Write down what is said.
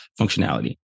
functionality